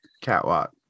catwalk